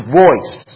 voice